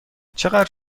چقدر